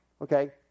okay